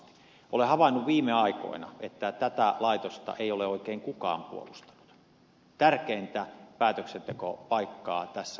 olen havainnut viime aikoina että tätä laitosta ei ole oikein kukaan puolustanut tärkeintä päätöksentekopaikkaa tässä maassa